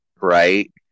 right